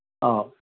ꯑꯧ